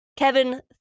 Kevin